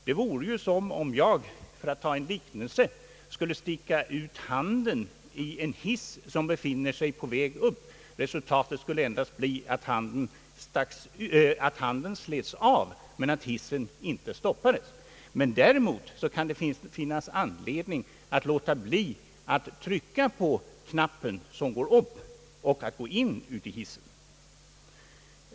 Det vore ju som om jag — för att ta en liknelse — skulle sticka ut handen i en hiss som befinner sig på väg upp. Resultatet skulle endast bli att handen slets av men att hissen inte stannade. Däremot kan det finnas anledning att låta bli att gå in i hissen eller att trycka på knappen för färd upp.